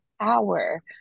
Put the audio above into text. power